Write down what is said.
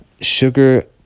sugar